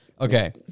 Okay